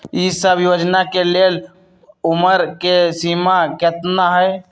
ई सब योजना के लेल उमर के सीमा केतना हई?